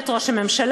בית ראש הממשלה,